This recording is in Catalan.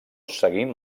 seguint